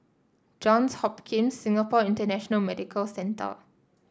Johns Hopkins Singapore International Medical Centre